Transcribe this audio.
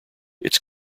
its